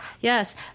yes